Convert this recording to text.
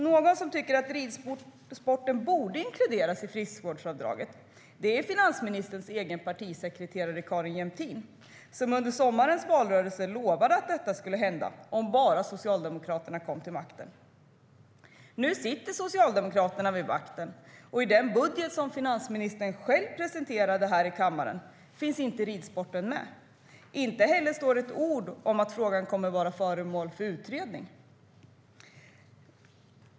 Någon som tycker att ridsporten borde inkluderas i friskvårdsavdraget är finansministerns egen partisekreterare Carin Jämtin, som under sommarens valrörelse lovade att detta skulle hända om bara Socialdemokraterna kom till makten. Nu sitter Socialdemokraterna vid makten, men i den budget som finansministern själv presenterat i kammaren finns ridsporten inte med. Inte heller står det ett ord om att frågan kommer att vara föremål för utredning.